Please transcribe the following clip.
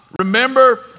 Remember